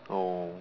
oh